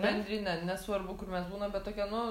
bendrinė nesvarbu kur mes būnam bet tokia nu